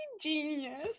genius